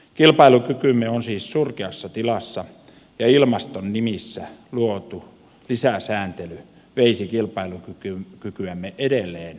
kilpailukykymme on siis surkeassa tilassa ja ilmaston nimissä luotu lisäsääntely veisi kilpailukykyämme edelleen heikompaan suuntaan